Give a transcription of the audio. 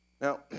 Now